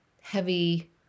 heavy